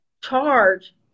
charge